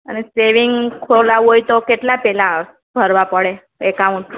અને સેવિંગ ખોલાવું હોય તો કેટલાં પહેલાં ભરવા પડે એકાઉન્ટ